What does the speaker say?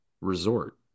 Resort